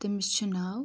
تٔمِس چھُ ناو